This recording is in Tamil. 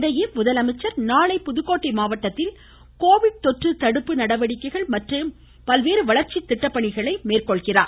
இதனிடையே முதலமைச்சர் நாளை புதுக்கோட்டை மாவட்டத்தில் கொரோனா தொற்று தடுப்பு நடவடிக்கைகள் மற்றும் பல்வேறு வளர்ச்சி திட்டப்பணிகளை மேற்கொள்கிறார்